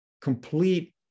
complete